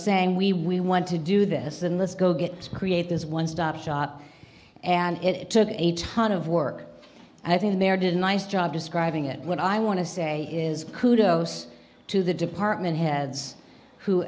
saying we we want to do this and let's go get create this one stop shop and it took a ton of work and i think the mayor did nice job describing it when i want to say is kudos to the department heads who